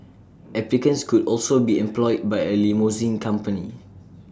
applicants could also be employed by A limousine company